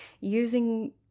using